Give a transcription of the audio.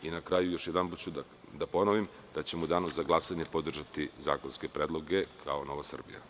Na kraju ću još jedanput da ponovim da ćemo u Danu za glasanje podržati zakonske predloge, kao Nova Srbija.